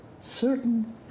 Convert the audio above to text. certain